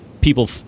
people